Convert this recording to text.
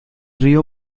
río